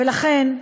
ולכן,